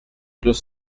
deux